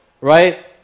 right